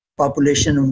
population